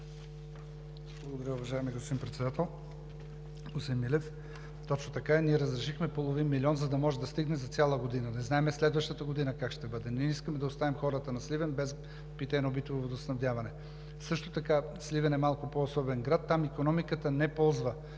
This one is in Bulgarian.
Благодаря, уважаеми господин Председател. Господин Милев, точно така е – ние разрешихме половин милион, за да може да стигне за цяла година. Не знаем следващата година как ще бъде. Не искаме да оставим хората на Сливен без питейно-битово водоснабдяване. Също така Сливен е малко по-особен град – там икономиката не ползва